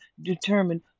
determined